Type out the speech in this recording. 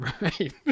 Right